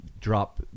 drop